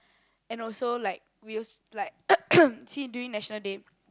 and also like we also like see during National Day